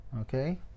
okay